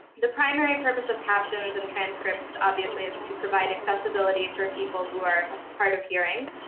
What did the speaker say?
the primary purpose of captions, and transcripts, obviously, is to provide accessibility for people who are hard of hearing.